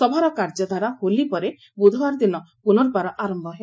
ସଭାର କାର୍ଯ୍ୟଧାରା ହୋଲି ପରେ ବୁଧବାର ଦିନ ପୁନର୍ବାର ଆରମ୍ଭ ହେବ